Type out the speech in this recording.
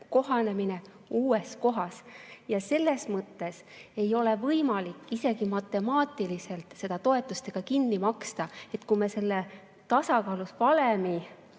kohanemine uues kohas. Selles mõttes ei ole võimalik isegi matemaatiliselt seda toetustega kinni maksta. Kui me selle tasakaalus valemi